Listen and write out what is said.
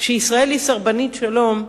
שישראל היא סרבנית שלום,